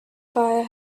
fire